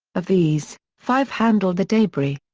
of these, five handled the debris.